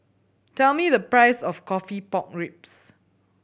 tell me the price of coffee pork ribs